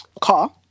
car